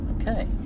Okay